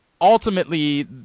Ultimately